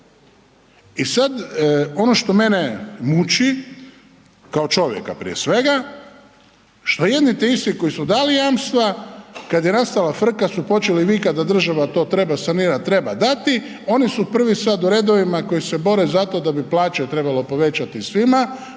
I sad ono što mene muči, kao čovjeka prije svega, što jedni te isti koji su dali jamstva, kad je nastala frka su počeli vikati da država to treba sanirati, treba dati, oni su prvi sad u redovima koji se bore za to da bi plaće trebalo povećati svima,